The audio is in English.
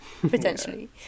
Potentially